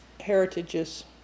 heritages